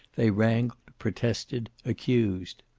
they wrangled, protested, accused.